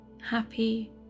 happy